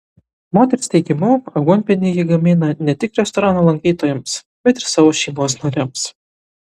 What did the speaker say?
moters teigimu aguonpienį ji gamina ne tik restorano lankytojams bet ir savo šeimos nariams